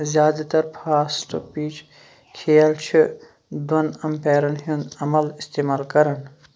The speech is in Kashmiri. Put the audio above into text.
زیادٕ تر فاسٹ پِچ کھیل چھِ دۄن امپیرَن ہُنٛد عمل استعمال کران